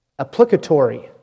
applicatory